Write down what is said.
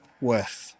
worth